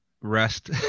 rest